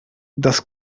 das